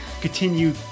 continue